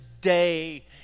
day